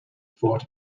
fought